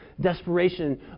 desperation